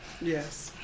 Yes